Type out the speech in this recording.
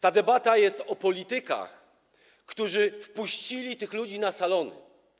Ta debata jest o politykach, którzy wpuścili tych ludzi na salony.